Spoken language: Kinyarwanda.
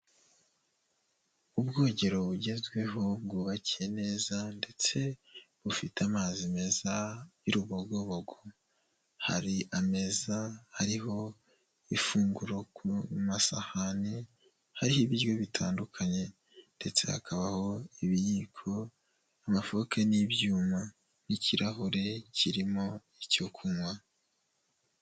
Ubwogero bugezweho bwubakiye neza ndetse bufite amazi meza y'urubogobogo, hari ameza hariho ifunguro ku masahani, hari ibiryo bitandukanye ndetse hakabaho ibiyiko, amafuke n'ibyuma n'ikirahure, kirimo icyo kunywa.